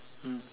mm